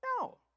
No